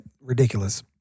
ridiculous